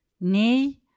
Nay